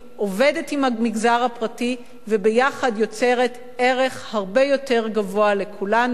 עובדת עם המגזר הפרטי וביחד יוצרת ערך הרבה יותר גבוה לכולנו.